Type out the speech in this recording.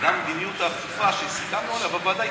וגם מדיניות האכיפה שסיכמנו עליה בוועדה,